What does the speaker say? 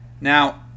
Now